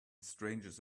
strangers